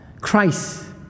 Christ